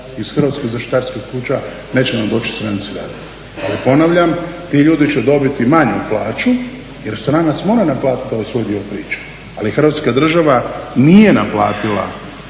iz hrvatskih zaštitarskih kuća. Neće nam doći stranci raditi. Ali ponavljam, ti ljudi će dobiti manju plaću, jer stranac mora naplatiti ovaj svoj dio priče. Ali Hrvatska država nije naplatila